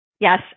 Yes